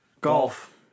golf